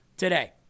today